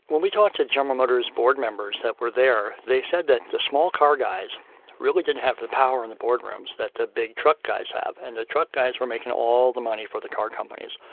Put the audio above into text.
we talked to general motors' board members that were there, they said that the small car guys really didn't have the power in the board rooms that the big truck guys have, and the truck guys were making all the money for the car companies.